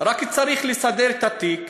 רק צריך לסדר את התיק.